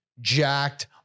jacked